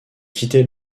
quitté